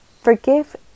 Forgive